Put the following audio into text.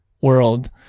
world